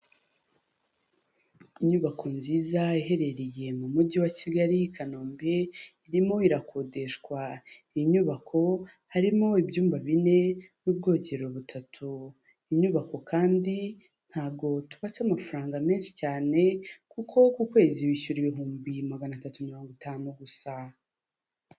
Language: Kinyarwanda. Inyubako nziza iherereye mu mujyi wa Kigali i Kanombe irimo irakodeshwa, iyi nyubako harimo ibyumba bine n'ubwogero butatu, iyi nyubako kandi ntabwo tubaca amafaranga menshi cyane kuko ku kwezi wishyura ibihumbi magana atatu mirongo itanu gusa.